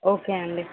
okay అండి